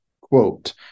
quote